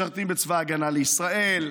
משרתים בצבא הגנה לישראל,